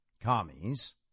commies